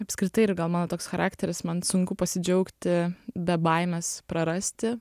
apskritai ir gal mano toks charakteris man sunku pasidžiaugti be baimės prarasti